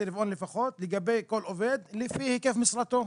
לרבעון לפחות לגבי כל עובד לפי היקף משרתו.